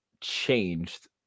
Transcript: changed